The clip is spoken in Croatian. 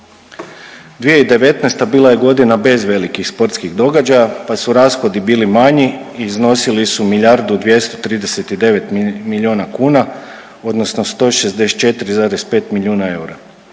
2019. bila je godina već velikih sportskih događaja pa su rashodi bili manji i iznosili su milijardu 239 milijuna kuna odnosno 164,5 milijuna eura.